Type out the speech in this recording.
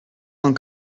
cent